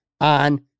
on